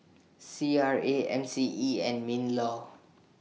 C R A M C E and MINLAW